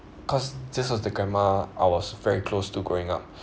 cause this was the grandma I was very close to growing up